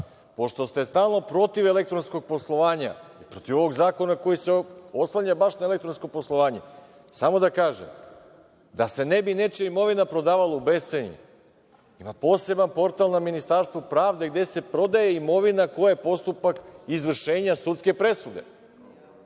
pošto ste stalno protiv elektronskog poslovanja, protiv zakona koji se oslanja baš na elektronsko poslovanje, samo da kažem, da se ne bi nečija imovina prodavala u bescenje, ima poseban portal Ministarstva pravde gde se prodaje imovina koja je postupak izvršenja sudske presude.O